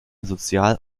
sozial